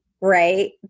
right